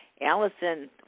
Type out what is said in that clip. Allison